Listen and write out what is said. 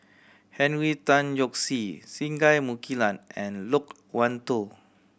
Henry Tan Yoke See Singai Mukilan and Loke Wan Tho